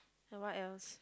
and what else